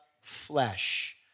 flesh